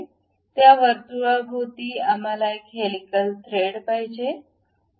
त्या वर्तुळाभोवती आम्हाला एक हेलिकल थ्रेड पाहिजे